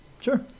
sure